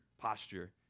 posture